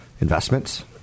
investments